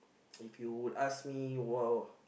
if you would ask me while